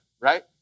right